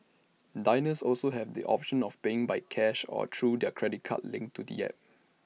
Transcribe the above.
diners also have the option of paying by cash or through their credit card linked to the app